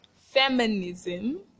feminism